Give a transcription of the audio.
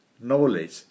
knowledge